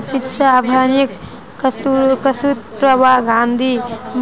सर्व शिक्षा अभियानक कस्तूरबा गांधी